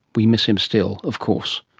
we miss him still of course.